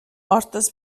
hostes